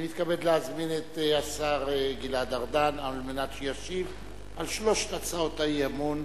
אני מתכבד להזמין את השר גלעד ארדן כדי שישיב על שלוש הצעות האי-אמון: